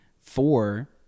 Four